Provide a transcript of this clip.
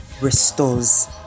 restores